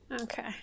Okay